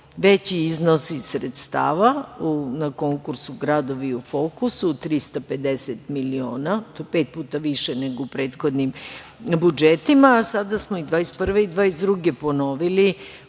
veći iznosi sredstava na konkursu „Gradovi u fokusu“, 350 miliona, to je pet puta više nego u prethodnim budžetima, a sada smo i 2021. i 2022. godine